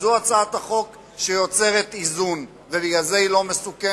וזאת הצעת החוק שיוצרת איזון, ולכן היא לא מסוכנת.